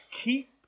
keep